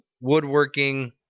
woodworking